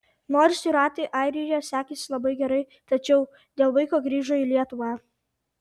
nors jūratei airijoje sekėsi labai gerai tačiau dėl vaiko grįžo į lietuvą